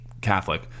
Catholic